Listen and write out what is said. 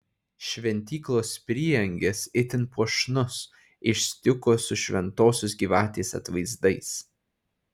šventyklos prieangis itin puošnus iš stiuko su šventosios gyvatės atvaizdais